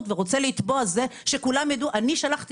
ורוצה להיות זה שכולם יידעו שהוא שלח ראשון?